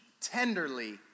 tenderly